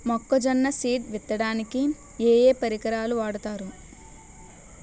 మొక్కజొన్న సీడ్ విత్తడానికి ఏ ఏ పరికరాలు వాడతారు?